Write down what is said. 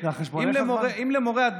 אם יש משהו באירוע מסוים,